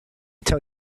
tell